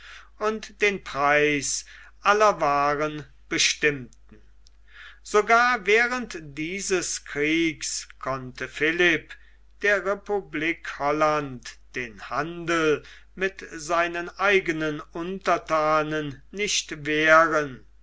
und den preis aller waaren bestimmten sogar während dieses krieges konnte philipp der republik holland den handel mit seinen eigenen unterthanen nicht wehren